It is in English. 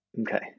Okay